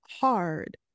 hard